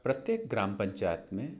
प्रत्येक ग्रामपंचायत में